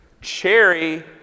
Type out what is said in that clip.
Cherry